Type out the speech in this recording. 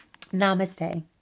Namaste